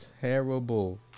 Terrible